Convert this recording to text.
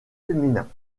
féminin